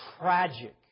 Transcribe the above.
tragic